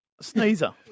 sneezer